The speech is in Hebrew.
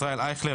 ישראל אייכלר,